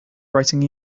writing